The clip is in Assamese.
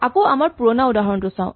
আকৌ আমাৰ পুৰণা উদাহৰণটো চাওঁ